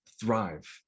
thrive